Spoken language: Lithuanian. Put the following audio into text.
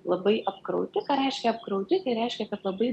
labai apkrauti ką reiškia apkrauti ką reiškia kad labai